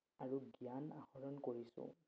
আৰু জ্ঞান আহৰণ কৰিছোঁ